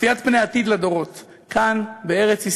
וצפיית פני העתיד לדורות כאן בארץ-ישראל,